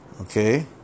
Okay